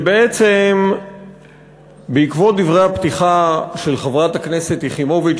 שבעצם בעקבות דברי הפתיחה של חברת הכנסת יחימוביץ,